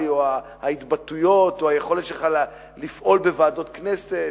או ההתבטאויות או היכולת שלך לפעול בוועדות כנסת,